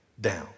down